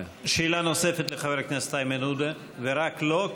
שאלה נוספת לחבר הכנסת איימן עודה ורק לו,